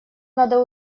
надо